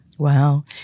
Wow